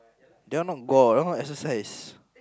that one not exercise